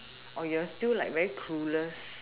or you're still like very clueless